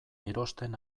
erosten